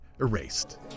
erased